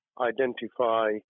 identify